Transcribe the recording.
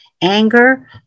anger